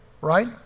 right